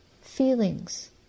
feelings